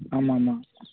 ஆமாம் ஆமாம்